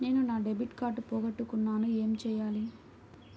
నేను నా debit card పోగొట్టుకున్నాను ఏమి చేయాలి?